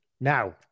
Now